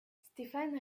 stéphane